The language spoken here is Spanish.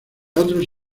otros